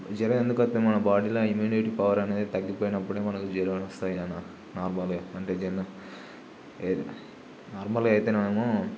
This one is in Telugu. జ్వరం ఎందుకు వస్తుంది మన బాడీలో ఇమ్యూనిటీ పవర్ అనేది తగ్గిపోయినప్పుడే మనకు జ్వరం వస్తాయి కదా నార్మల్గా అయితే మనము